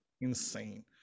Insane